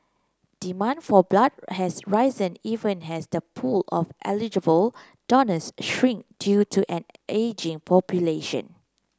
demand for blood has risen even as the pool of eligible donors shrink due to an ageing population